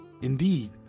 Indeed